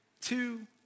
two